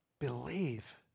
Believe